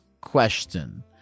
question